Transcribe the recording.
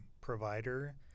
provider